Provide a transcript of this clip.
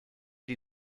die